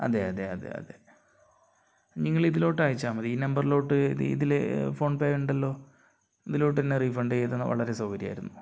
അതെ അതെ അതെ അതെ നിങ്ങൾ ഇതിലോട്ട് അയച്ചാൽ മതി ഈ നമ്പറിലോട്ട് ഇതിൽ ഫോൺപേ ഉണ്ടല്ലോ ഇതിലോട്ടുതന്നെ റീഫണ്ട് ചെയ്തുതന്നാൽ വളരെ സൗകര്യമായിരുന്നു